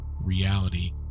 Reality